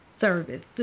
service